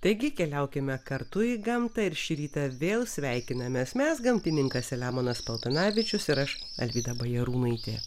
taigi keliaukime kartu į gamtą ir šį rytą vėl sveikinamės mes gamtininkas selemonas paltanavičius ir aš alvyda bajarūnaitė